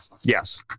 Yes